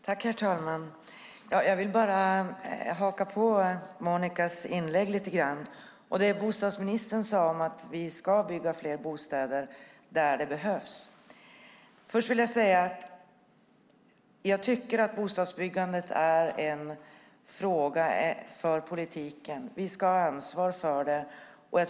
Herr talman! Lite grann vill jag haka på det Monica Green sagt i sitt inlägg och det bostadsministern sagt om att fler bostäder ska byggas där det behövs. Jag tycker att bostadsbyggandet är en fråga för oss i politiken. Vi ska ha ansvaret för den frågan.